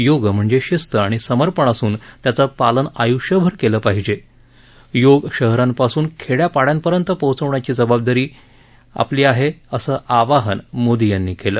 योग म्हणजे शिस्त आणि सर्मपण असून त्याचं पालन आयुष्यभर केलं पाहिजे योग शहरांपासून खेड्या पाङ्यांपर्यंत पोचवण्यासाठी प्रयत्न केले पाहिजेत असं आवाहन मोदी यांनी केलं